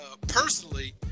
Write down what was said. personally